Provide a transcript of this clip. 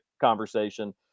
conversation